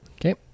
Okay